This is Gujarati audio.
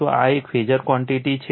તો આ એક ફેઝર ક્વૉન્ટિટી છે